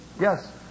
Yes